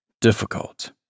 difficult